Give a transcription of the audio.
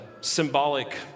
symbolic